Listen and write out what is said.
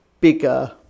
bigger